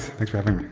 thanks for having